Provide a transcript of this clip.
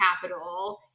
capital